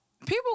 people